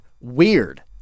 weird